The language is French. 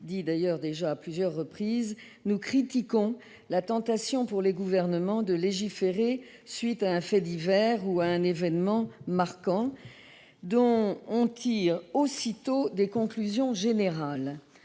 a été souligné à plusieurs reprises, nous critiquons la tentation pour les gouvernements de légiférer à la suite d'un fait divers ou d'un événement marquant, dont on tire aussitôt des conclusions générales.